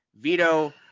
veto